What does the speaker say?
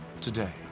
today